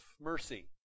mercy